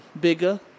Bigger